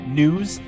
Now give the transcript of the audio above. news